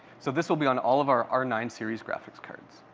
so this will be on all of our r nine series graphics cards.